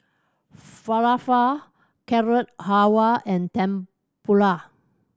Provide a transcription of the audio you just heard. Falafel Carrot Halwa and Tempura